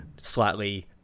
slightly